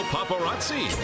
Paparazzi